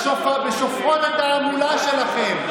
בשופרון התעמולה שלכם.